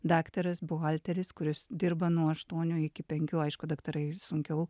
daktaras buhalteris kuris dirba nuo aštuonių iki penkių aišku daktarai sunkiau